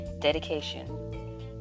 dedication